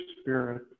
spirit